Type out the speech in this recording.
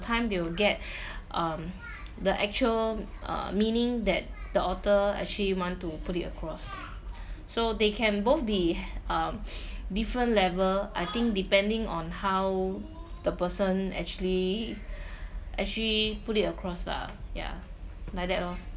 time they will get um the actual uh meaning that the author actually want to put it across so they can both be um different level I think depending on how the person actually actually put it across lah ya like that lor